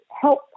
help